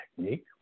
technique